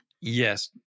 Yes